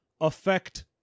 affect